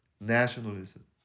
nationalism